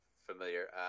Familiar